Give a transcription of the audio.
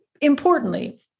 importantly